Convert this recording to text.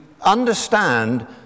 understand